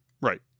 Right